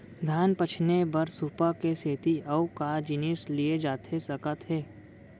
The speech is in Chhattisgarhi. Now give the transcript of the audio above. धान पछिने बर सुपा के सेती अऊ का जिनिस लिए जाथे सकत हे?